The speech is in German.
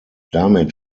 damit